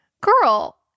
girl